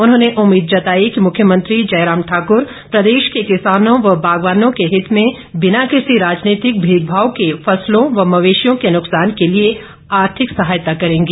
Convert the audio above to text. उन्होंने उम्मीद जताई कि मुख्यमंत्री जयराम ठाकर प्रदेश के किसानों व बागवानों के हित में बिना किसी राजनीतिक भेदभाव के फसलों व मवेशियों के नुक्सान के लिए आर्थिक सहायता करेंगे